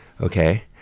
okay